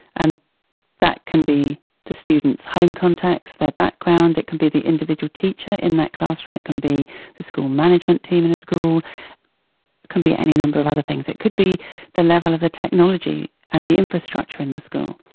and that can be the students' home context, their background, it can be the individual teacher in that classroom, it can be the school management team in a school, it can be any number of other things. it could be the level of the technology and the infrastructure in the school.